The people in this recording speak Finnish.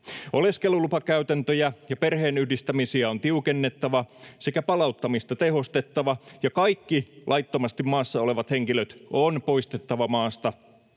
Oleskelulupakäytäntöjä ja perheen yhdistämisiä on tiukennettava sekä palauttamista tehostettava, ja kaikki laittomasti maassa olevat henkilöt on poistettava maasta.